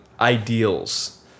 ideals